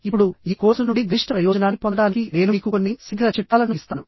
ఇప్పుడు ఈ కోర్సు నుండి గరిష్ట ప్రయోజనాన్ని పొందడానికి నేను మీకు కొన్ని శీఘ్ర చిట్కాలను ఇస్తాను